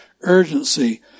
urgency